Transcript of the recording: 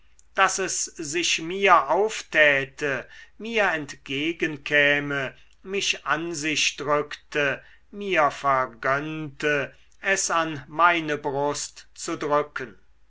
daß es sich mir auftäte mir entgegenkäme mich an sich drückte mir vergönnte es an meine brust zu drücken